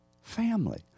family